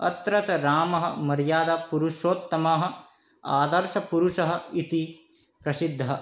अत्र च रामः मर्यादापुरुषोत्तमः आदर्शपुरुषः इति प्रसिद्धः